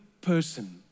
person